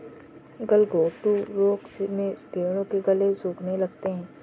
गलघोंटू रोग में भेंड़ों के गले सूखने लगते हैं